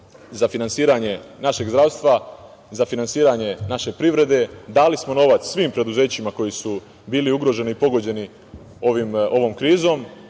za finansiranje našeg zdravstva, za finansiranje naše privrede, dali smo novac svim preduzećima koja su bila ugrožena, pogođena ovom krizom.